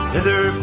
Hither